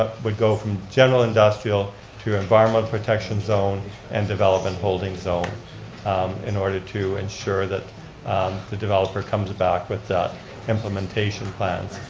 would go from general industrial to environment protection zone and development holding zone in order to ensure that the developer comes back with the implementation plans.